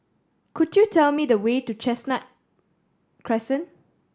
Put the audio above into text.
could you tell me the way to Chestnut Crescent